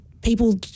people